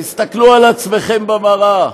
תסתכלו על עצמכם במראה,